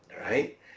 right